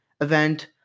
event